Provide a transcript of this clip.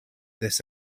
this